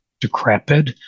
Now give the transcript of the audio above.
decrepit